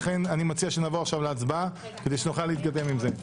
לכן אני מציע שנעבור להצבעה כדי שנוכל להתקדם עם זה.